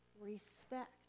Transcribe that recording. respect